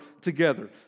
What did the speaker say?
together